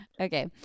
okay